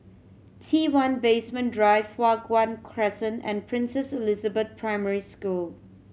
T One Basement Drive Hua Guan Crescent and Princess Elizabeth Primary School